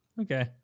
Okay